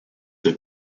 have